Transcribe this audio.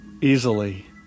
easily